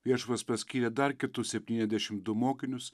viešpats paskyrė dar kitus septyniasdešim du mokinius